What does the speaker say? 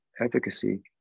efficacy